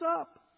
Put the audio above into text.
up